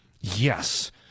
yes